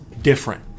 different